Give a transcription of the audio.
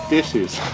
Dishes